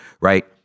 Right